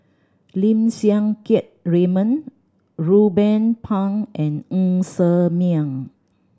Lim Siang Keat Raymond Ruben Pang and Ng Ser Miang